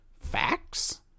facts